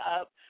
up